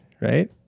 Right